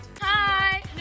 Hi